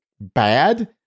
bad